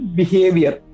behavior